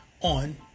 on